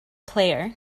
player